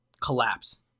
collapse